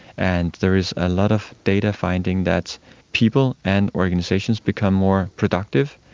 and there is a lot of data finding that people and organisations become more productive,